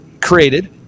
created